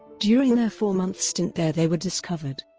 during their four-month stint there they were discovered.